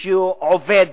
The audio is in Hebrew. שעובד